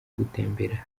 gutemberera